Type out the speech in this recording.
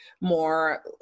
more